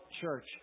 church